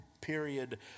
period